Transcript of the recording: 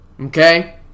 Okay